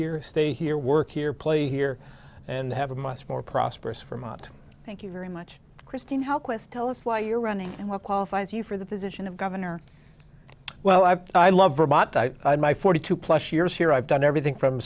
here stay here work here play here and have a much more prosperous from out thank you very much christine how quest tell us why you're running and what qualifies you for the position of governor well i i love vermont in my forty two plus years here i've done everything from